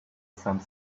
some